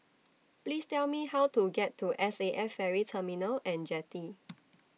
Please Tell Me How to get to S A F Ferry Terminal and Jetty